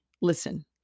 listen